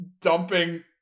dumping